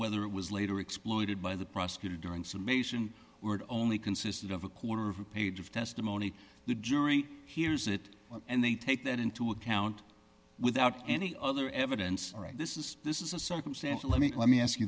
whether it was later exploited by the prosecutor during summation or it only consisted of a quarter of a page of testimony the jury hears it and they take that into account without any other evidence this is this is a circumstantial let me let me ask you